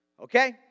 Okay